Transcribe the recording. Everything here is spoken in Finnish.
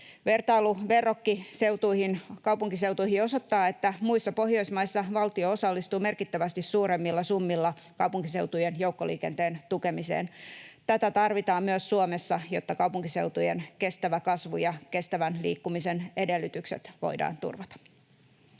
Vertailu verrokkimaiden kaupunkiseutuihin osoittaa, että muissa Pohjoismaissa valtio osallistuu merkittävästi suuremmilla summilla kaupunkiseutujen joukkoliikenteen tukemiseen. Tätä tarvitaan myös Suomessa, jotta kaupunkiseutujen kestävä kasvu ja kestävän liikkumisen edellytykset voidaan turvata.